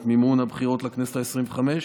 מימון הבחירות לכנסת העשרים-וחמש,